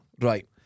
Right